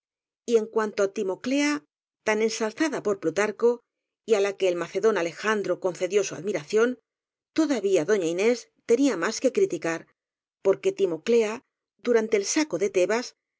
después y en cuanto á timoclea tan ensalzada por plutarco y á la que el macedón alejandro con cedió su admiración todavía doña inés tenía más que criticar porque timoclea durante el saco de tebas